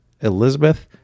Elizabeth